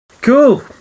Cool